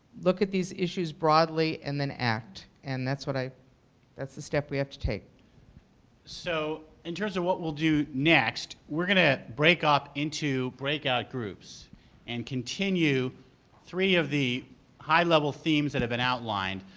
look at these issues broadly and then act. and that's what i that's the step we have to take. phil weiser so, in terms of what we'll do next, we are going to break-up into break out groups and continue three of the high level themes that have been outlined.